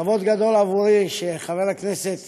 כבוד גדול עבורי שחבר הכנסת